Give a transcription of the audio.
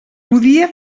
podia